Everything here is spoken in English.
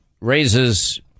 raises